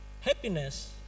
happiness